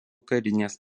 karinės